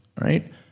right